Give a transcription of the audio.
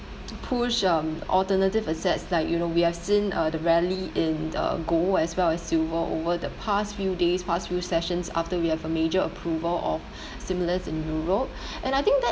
push um alternative assets like you know we have seen uh the rally in uh gold as well as silver over the past few days past few sessions after we have a major approval of stimulus in Europe and I think that